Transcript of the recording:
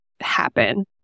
happen